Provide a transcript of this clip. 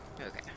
okay